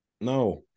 No